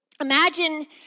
imagine